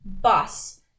bus